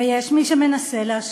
ויש מי שמנסה להשכיח,